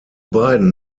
beiden